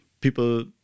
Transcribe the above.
people